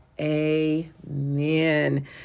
amen